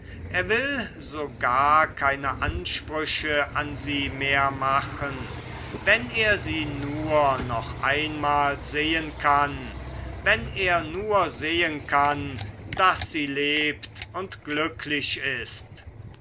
er will sogar keine ansprüche an sie mehr machen wenn er sie nur noch einmal sehen kann wenn er nur sehen kann daß sie lebt und glücklich ist